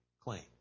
claim